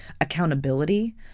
accountability